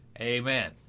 Amen